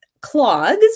clogs